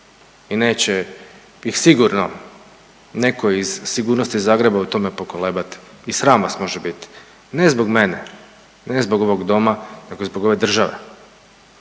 i neće ih sigurno netko iz sigurnosti Zagreba u tome pokolebati. I sram vas može biti. Ne zbog mene, ne zbog ovog doma nego zbog ove države.